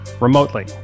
remotely